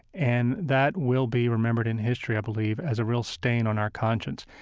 and that will be remembered in history, i believe, as a real stain on our conscious.